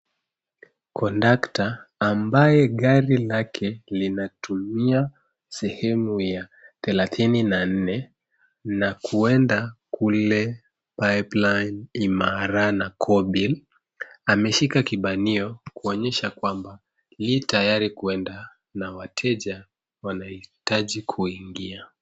Kondakta ambaye gari lake linatumia sehemu ya 34 na kuenda kule Pipeline, Imara na Kobil, ameshika kibanio kuonyesha kwamba li tayari kuenda na watej wanahitaji kuingia.